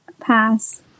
Pass